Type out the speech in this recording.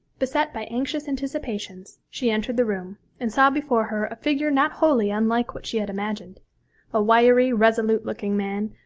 beset by anxious anticipations, she entered the room, and saw before her a figure not wholly unlike what she had imagined a wiry resolute-looking man,